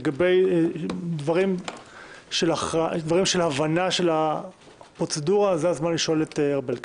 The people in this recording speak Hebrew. לגבי דברים של הבנה של הפרוצדורה זה הזמן לשאול את ארבל.